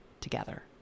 together